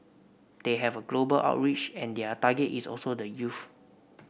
they have a global outreach and their target is also the youth